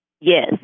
Yes